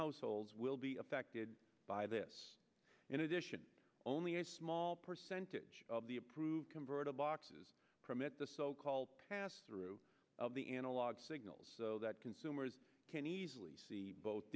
households will be affected by this in addition only a small percentage of the approved converter boxes permit the so called pass through of the analog signals so that consumers can easily see both